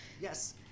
Yes